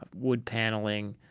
ah wood paneling,